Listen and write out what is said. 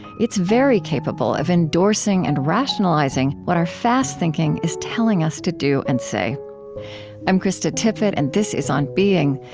it's very capable of endorsing and rationalizing what our fast thinking is telling us to do and say i'm krista tippett, and this is on being.